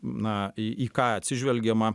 na į į ką atsižvelgiama